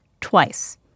twice